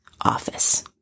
office